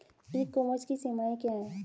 ई commerce की सीमाएं क्या हैं?